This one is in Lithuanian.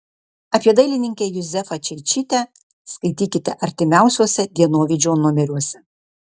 apie dailininkę juzefą čeičytę skaitykite artimiausiuose dienovidžio numeriuose